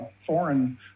foreign